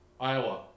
Iowa